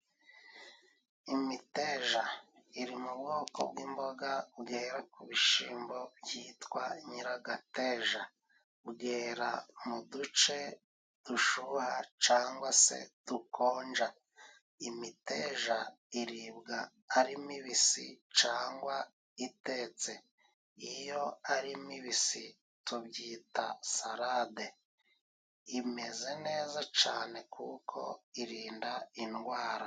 Imiteja iri mu bwoko bw'imboga bwera ku bishimbo byitwa nyiragateja, bwera mu duce dushuha cangwa se dukonja, imiteja iribwa ari mibisi cangwa itetse, iyo ari mibisi tubyita salade imeze neza cane kuko irinda indwara.